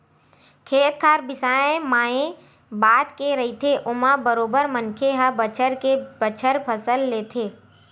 खेत खार बिसाए मए बात के रहिथे ओमा बरोबर मनखे ह बछर के बछर फसल लेथे